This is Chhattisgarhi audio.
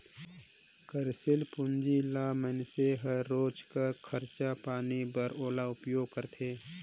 कारसील पूंजी ल मइनसे हर रोज कर खरचा पानी बर ओला उपयोग करथे